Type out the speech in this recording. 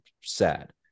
sad